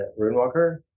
RuneWalker